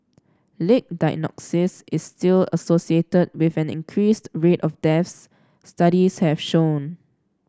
late diagnosis is still associated with an increased rate of deaths studies have shown